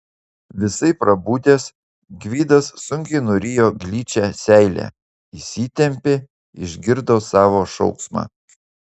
visai prabudęs gvidas sunkiai nurijo gličią seilę įsitempė išgirdo savo šauksmą